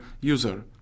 user